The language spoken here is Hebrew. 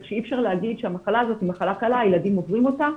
כך שאי אפשר להגיד שהמחלה הזאת היא מחלה קלה והילדים עוברים אותה.